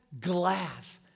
glass